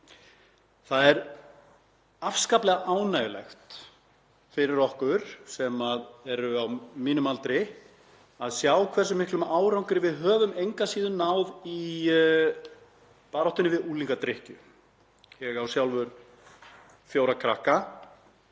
Það er afskaplega ánægjulegt fyrir okkur sem erum á mínum aldri að sjá hversu miklum árangri við höfum engu að síður náð í baráttunni við unglingadrykkju. Ég á sjálfur fjóra krakka,